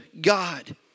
God